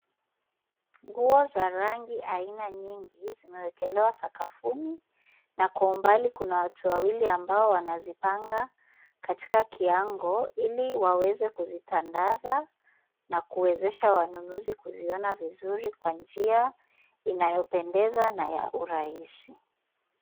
Nguo za rangi aina nyingi zimewekelewa sakafuni. Na kwa umbali kuna watu wawili ambao wanazipanga katika kiango ili waweze kuzitandaza na kuwezesha wanunuzi kuziona vizuri Kwa njia inayopendeza na ya urahisi.